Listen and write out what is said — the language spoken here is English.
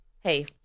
hey